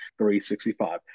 365